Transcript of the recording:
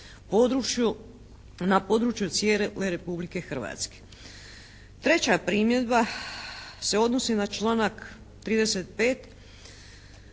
na području cijele Republike Hrvatske. Treća primjedba se odnosi na članak 35.